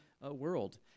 World